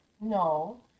No